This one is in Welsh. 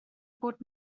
bod